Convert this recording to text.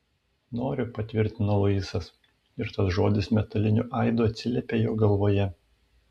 noriu patvirtino luisas ir tas žodis metaliniu aidu atsiliepė jo galvoje